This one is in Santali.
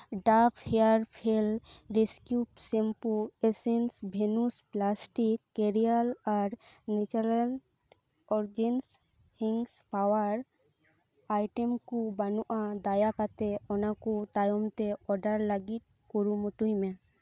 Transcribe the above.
ᱰᱟᱵᱷ ᱦᱮᱭᱟᱨ ᱯᱷᱚᱞ ᱨᱮᱥᱠᱤᱭᱩ ᱥᱮᱢᱯᱩ ᱮᱥᱤᱭᱟᱱ ᱵᱷᱮᱱᱟᱥ ᱯᱞᱟᱥᱴᱤᱠ ᱠᱮᱥᱮᱨᱳᱞ ᱟᱨ natural organic hing powder item ᱠᱩ ᱵᱟᱹᱱᱩᱜ ᱟ ᱫᱟᱭᱟᱠᱟᱛᱮᱜᱼᱟ ᱫᱟᱭᱟ ᱠᱟᱛᱮ ᱚᱱᱟᱠᱩ ᱛᱟᱭᱚᱢ ᱛᱮ ᱚᱰᱟᱨ ᱞᱟᱹᱜᱤᱫ ᱠᱩᱨᱩᱢᱩᱴᱩᱭ ᱢᱮ